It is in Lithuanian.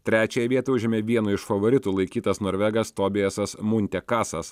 trečiąją vietą užėmė vienu iš favoritų laikytas norvegas tobiasas munte kasas